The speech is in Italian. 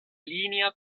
linea